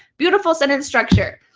beautiful sentence structure.